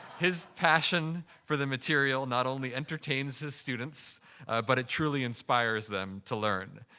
his passion for the material not only entertains his students but it truly inspires them to learn.